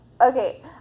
Okay